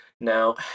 Now